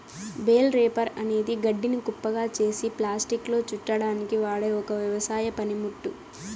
bale wrapper అనేది గడ్డిని కుప్పగా చేసి ప్లాస్టిక్లో చుట్టడానికి వాడె ఒక వ్యవసాయ పనిముట్టు